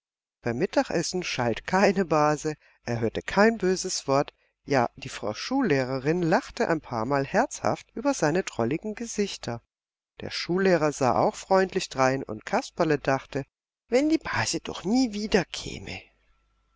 beim mittagessen schalt keine base er hörte kein böses wort ja die frau schullehrerin lachte ein paarmal herzhaft über seine drolligen gesichter der schullehrer sah auch freundlich drein und kasperle dachte wenn die base doch nie